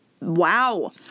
wow